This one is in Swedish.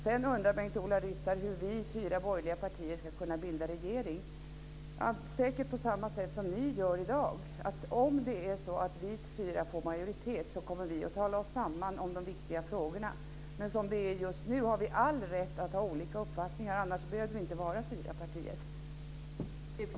Bengt-Ola Ryttar undrar vidare hur de fyra borgerliga partierna ska kunna bilda regering. Vi kan säkert göra på samma sätt som ni gör i dag. Om våra fyra partier får majoritet kommer vi att tala oss samman om de viktiga frågorna, men som det är just nu har vi all rätt att ha olika uppfattningar - annars behövde vi inte var fyra partier.